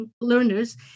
learners